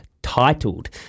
titled